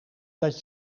dat